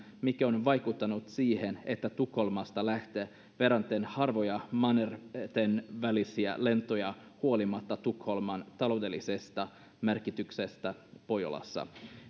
mikä on vaikuttanut siihen että tukholmasta lähtee verrattain harvoja mannertenvälisiä lentoja huolimatta tukholman taloudellisesta merkityksestä pohjolassa